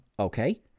okay